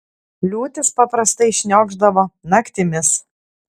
liūtys paprastai šniokšdavo naktimis